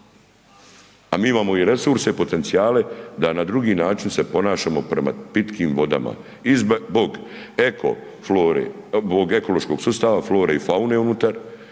a mi imamo i resurse i potencijale da na drugi način se ponašamo prema pitkim vodama i zbog eko flore, zbog ekološkog sustava flore i faune unutar,